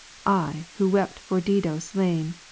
i who wept for dido slain,